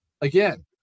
again